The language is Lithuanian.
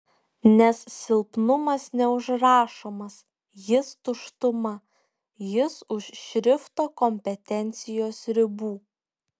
nes silpnumas neužrašomas jis tuštuma jis už šrifto kompetencijos ribų